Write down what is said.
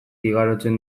igarotzen